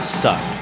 suck